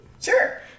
Sure